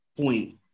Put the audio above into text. point